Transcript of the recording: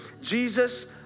Jesus